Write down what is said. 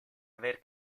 aver